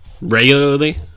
regularly